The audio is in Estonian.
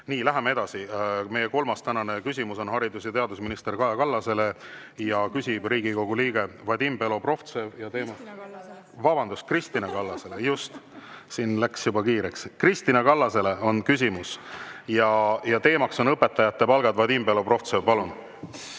Nii, läheme edasi. Meie tänane kolmas küsimus on haridus- ja teadusminister Kaja Kallasele ja küsib Riigikogu liige Vadim Belobrovtsev. (Kristina Kallas: "Kristina Kallasele.") Vabandust, Kristina Kallasele, just. Siin läks juba kiireks. Kristina Kallasele on küsimus ja teema on õpetajate palgad. Vadim Belobrovtsev, palun!